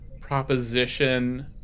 proposition